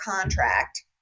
contract